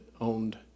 owned